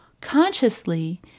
consciously